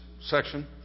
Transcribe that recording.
section